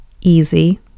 easy